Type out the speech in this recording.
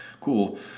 cool